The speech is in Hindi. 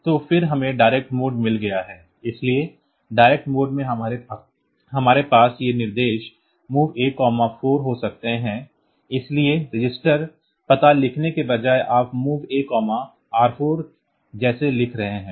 तो फिर हमें डायरेक्ट मोड मिल गया है इसलिए direct मोड में हमारे पास ये निर्देश MOV A 4 हो सकते हैं इसलिए रजिस्टर पता लिखने के बजाय आप MOV A R4 जैसे लिख रहे हैं